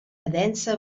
densa